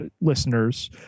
listeners